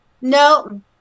no